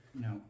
No